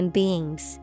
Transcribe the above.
beings